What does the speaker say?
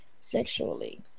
sexually